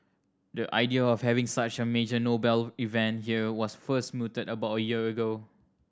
the idea of having such a major Nobel event here was first mooted about a year ago